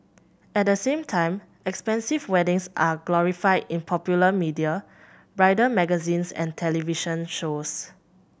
at the same time expensive weddings are glorified in popular media bridal magazines and television shows